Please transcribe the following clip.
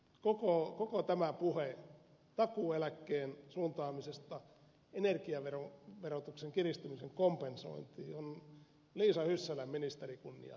minusta koko tämä puhe takuueläkkeen suuntaamisesta energiaverotuksen kiristymisen kompensointiin on liisa hyssälän ministerikunnian häpäisemistä